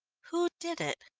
who did it?